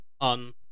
on